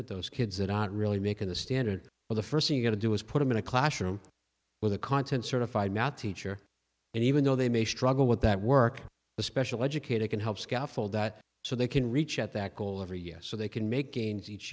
with those kids that aren't really making the standard for the first thing going to do is put them in a classroom where the content certified math teacher and even though they may struggle with that work the special educator can help scaffold that so they can reach at that goal every yes so they can make gains each